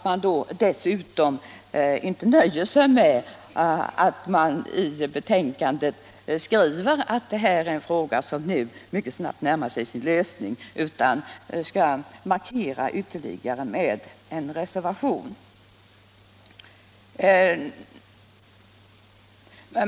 Man nöjer sig inte med att det i betänkandet skrivs att frågan nu mycket snabbt närmar sig sin lösning, utan man vill markera sitt ställningstagande med en reservation.